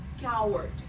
coward